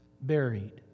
buried